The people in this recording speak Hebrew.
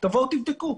תבואו ותבדקו.